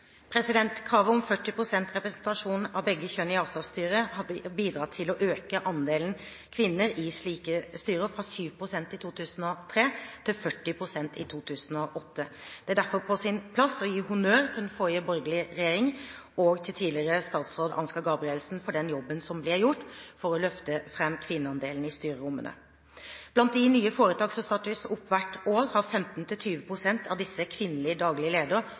Kravet om 40 pst. representasjon av begge kjønn i ASA-styrer har bidratt til å øke andelen kvinner i slike styrer, fra 7 pst. i 2003 til 40 pst. i 2008. Det er derfor på sin plass å gi honnør til den forrige borgerlige regjeringen og tidligere statsråd Ansgar Gabrielsen for den jobben som ble gjort for å løfte kvinneandelen i styrerommene. Av nye foretak som startes opp hvert år, har 15–20 pst. av disse kvinnelig daglig